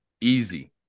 easy